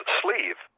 sleeve